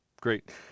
great